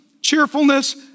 cheerfulness